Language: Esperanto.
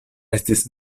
estis